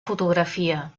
fotografia